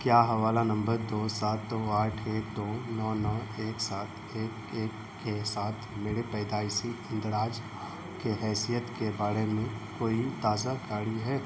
کیا حوالہ نمبر دو سات دو آٹھ ایک دو نو نو ایک سات ایک ایک کے ساتھ میرے پیدائشی اندراج کے حیثیت کے بارے میں کوئی تازہ کاری ہے